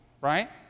right